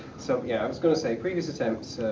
so, yeah, i was gonna say, previous attempts,